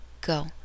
go